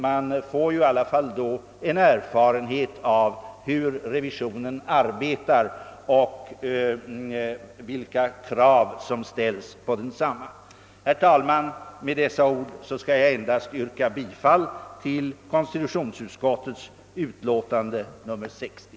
Man får då erfarenhet av vilka krav som ställes på revisionen och hur den arbetar. Herr talman! Med det anförda yrkar jag bifall till konstitutionsutskottets hemställan i dess utlåtande nr 60.